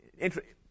interesting